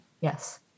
Yes